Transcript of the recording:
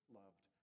loved